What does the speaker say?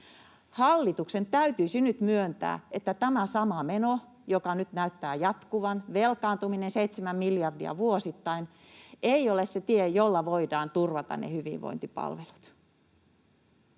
Hallituksen täytyisi nyt myöntää, että tämä sama meno, joka nyt näyttää jatkuvan — velkaantuminen 7 miljardia vuosittain — ei ole se tie, jolla voidaan turvata hyvinvointipalvelut.